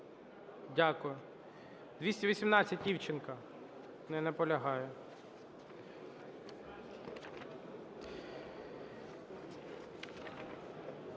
Дякую. 218-а, Івченко. Не наполягає.